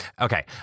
okay